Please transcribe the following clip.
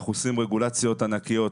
אנחנו עושים רגולציות ענקיות,